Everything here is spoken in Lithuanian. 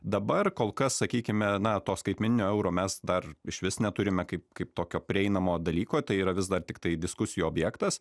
dabar kol kas sakykime na to skaitmeninio euro mes dar išvis neturime kaip kaip tokio prieinamo dalyko tai yra vis dar tiktai diskusijų objektas